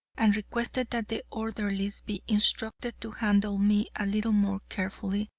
and requested that the orderlies be instructed to handle me a little more carefully,